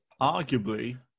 Arguably